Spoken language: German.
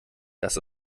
das